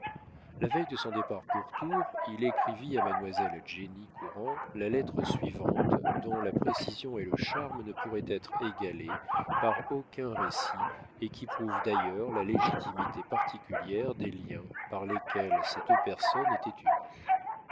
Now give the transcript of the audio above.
la veille de son départ pour tours il écrivit à mademoiselle jenny courand la lettre suivante dont la précision et le charme ne pourraient être égalés par aucun récit et qui prouve d'ailleurs la légitimité particulière des liens par lesquels ces deux personnes étaient unies